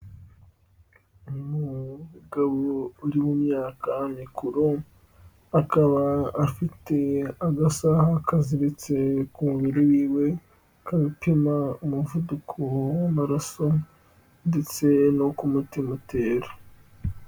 Umugabo uri mu myaka mikuru akaba afite agasaha kaziritse ku mubiri wiwe, gapima umuvuduko w'amaraso ndetse nuko umutima utera.